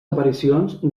aparicions